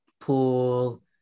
Pool